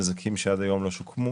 נזקים שעד היום לא שוקמו.